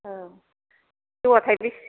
औ जौआ थाइबेसे